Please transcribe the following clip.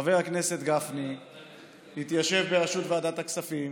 חבר הכנסת גפני התיישב בראשות ועדת הכספים